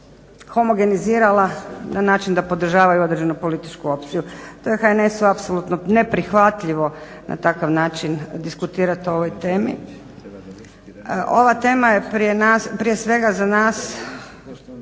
homogenizirala na način da podržavaju određenu političku opciju. To je HNS-u apsolutno neprihvatljivo na takav način diskutirati o ovoj temi. Ova tema je prije svega za nas